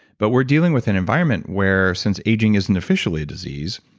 but we're dealing with an environment where since aging isn't officially a disease,